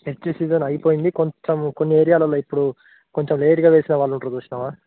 pesto season అయిపోయింది కొంచెము కొన్ని ఏరియాలలో ఇప్పుడు కొంచెం లేటుగా వేసిన వాళ్ళు ఉంటారు చూసినావా